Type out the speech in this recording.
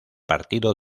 partido